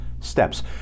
Steps